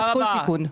תודה.